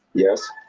yes.